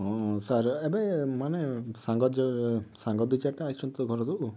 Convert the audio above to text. ହଁ ସାର୍ ଏବେ ମାନେ ସାଙ୍ଗ ଯ ସାଙ୍ଗ ଦୁଇ ଚାରିଟା ଆସିଛନ୍ତି ତ ଘରକୁ